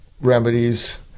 remedies